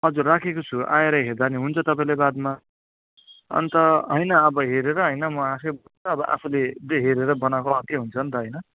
हजुर राखेको छु आएर हेर्दा पनि हुन्छ तपाईँले बादमा अन्त होइन अब हेरेर होइन म आफैले आफूले हेरेर बनाएको अर्कै हुन्छ नि त होइन